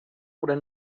oder